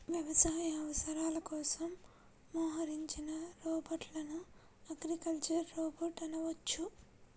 వ్యవసాయ అవసరాల కోసం మోహరించిన రోబోట్లను అగ్రికల్చరల్ రోబోట్ అనవచ్చు